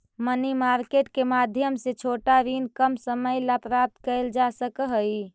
money market के माध्यम से छोटा ऋण कम समय ला प्राप्त कैल जा सकऽ हई